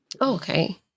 okay